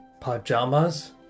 Pajamas